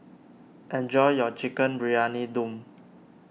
enjoy your Chicken Briyani Dum